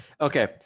okay